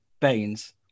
Baines